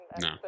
No